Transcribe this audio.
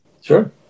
Sure